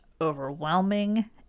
overwhelming